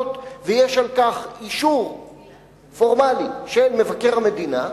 ויש על כך אישור פורמלי של מבקר המדינה,